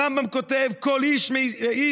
הרמב"ם כותב: "כל איש ואיש